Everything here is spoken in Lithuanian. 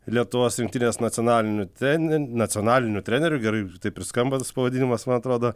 lietuvos rinktinės nacionaliniu trenen nacionaliniu treneriu gerai taip ir skamba tas pavadinimas man atrodo